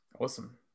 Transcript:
Awesome